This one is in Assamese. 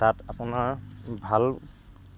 তাত আপোনাৰ ভাল